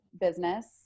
Business